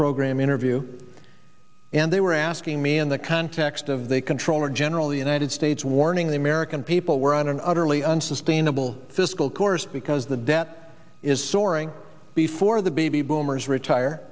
program interview and they were asking me in the context of the controller general the united states warning the american people we're on an utterly unsustainable fiscal course because the debt is soaring before the baby boomers retire